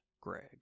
Greg